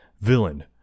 villain